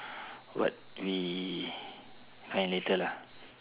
what we find later lah